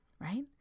right